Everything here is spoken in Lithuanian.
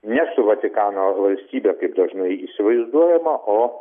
ne su vatikano valstybe kaip dažnai įsivaizduojama o